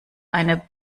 eine